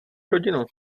rodinu